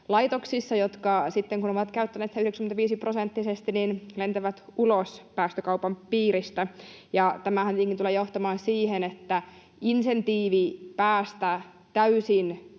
jotka sitten, kun ovat käyttäneet sitä 95-prosenttisesti, lentävät ulos päästökaupan piiristä. Tämähän tietenkin tulee johtamaan siihen, että insentiivi päästä täysin